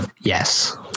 Yes